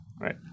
Right